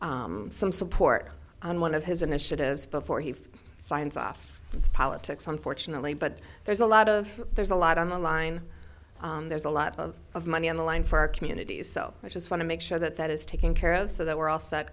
for some support on one of his initiatives before he signs off politics unfortunately but there's a lot of there's a lot on the line there's a lot of of money on the line for our communities so i just want to make sure that that is taking care of so that we're al